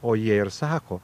o jie ir sako